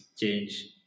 change